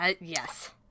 Yes